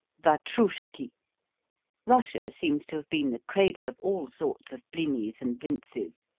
vatroushki russia seems to have been the cradle of all sorts of blinis and blintzes,